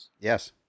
yes